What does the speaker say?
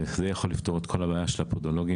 זה יכול לפתור את כל הבעיה של הפודולוגים